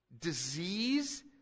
disease